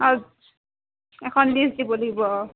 অঁ এখন লিষ্ট দিব লাগিব